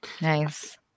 Nice